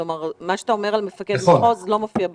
כלומר מה שאתה אומר על מפקד מחוז לא מופיע בנוהל.